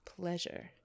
pleasure